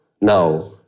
now